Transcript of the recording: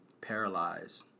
paralyzed